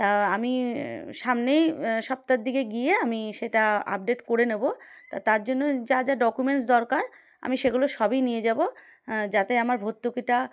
তা আমি সামনেই সপ্তাহের দিকে গিয়ে আমি সেটা আপডেট করে নেবো তা তার জন্য যা যা ডকুমেন্টস দরকার আমি সেগুলো সবই নিয়ে যাবো যাতে আমার ভর্তুকিটা